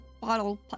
bottle